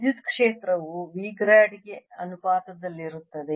ವಿದ್ಯುತ್ ಕ್ಷೇತ್ರವು V grad ಗೆ ಅನುಪಾತದಲ್ಲಿರುತ್ತದೆ